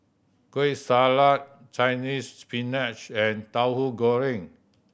Kueh Salat Chinese Spinach and Tahu Goreng